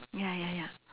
ya ya ya